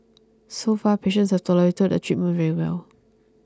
so far patients have tolerated the treatment very well